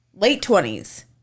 late-twenties